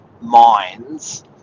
minds